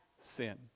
sin